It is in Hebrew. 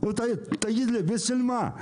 תגיד לי, בשביל מה?